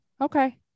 Okay